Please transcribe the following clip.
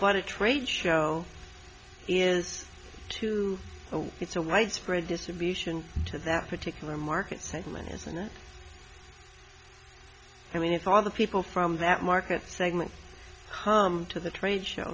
than a trade show is to oh it's a widespread distribution to that particular market segment isn't it i mean if all the people from that market segment to the trade show